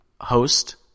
host